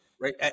right